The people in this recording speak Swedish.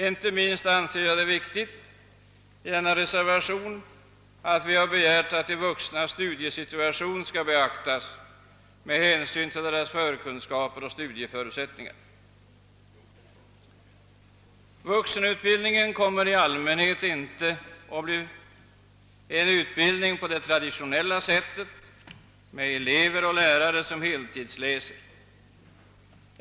Inte minst viktigt anser jag det vara att vi i reservationen begärt att de vuxnas studiesituation skall beaktas med hänsyn till deras kunskaper och studieförutsättningar. Vuxenutbildningen kommer i allmänhet inte att bedrivas på traditionellt sätt med lärare och heltidsläsande elever.